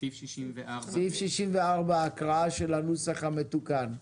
סעיף 64 הקראה של הנוסח המתוקן,